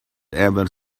ever